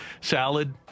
Salad